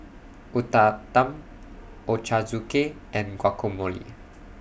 Uthapam Ochazuke and Guacamole